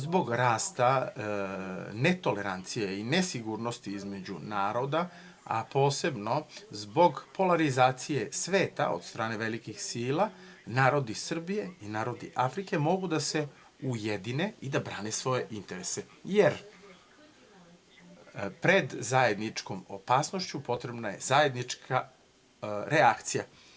Zbog rasta netolerancije i nesigurnosti između naroda, a posebno zbog polarizacije sveta, od strane velikih sila, narodi Srbije i narodi Afrike mogu da se ujedine i da brane svoje interese, jer pred zajedničkom opasnošću, potrebna je zajednička reakcija.